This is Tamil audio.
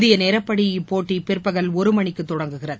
இந்திய நேரப்படி இப்போட்டி பிற்பகல் ஒரு மணிக்கு தொடங்குகிறது